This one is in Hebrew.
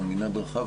הוא מנעד רחב.